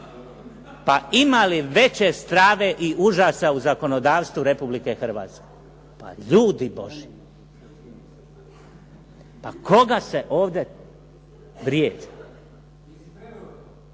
Pa ima li veće strave i užasa u zakonodavstvu Republike Hrvatske? Pa ljudi Božji. Pa koga se ovdje vrijeđa? Što